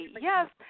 Yes